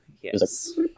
Yes